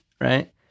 right